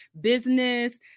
business